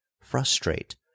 frustrate